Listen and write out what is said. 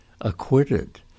acquitted